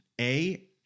A-